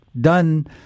done